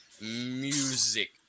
Music